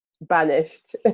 banished